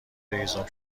هیزم